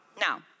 Now